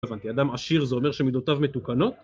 הבנתי, אדם עשיר זה אומר שמידותיו מתוקנות?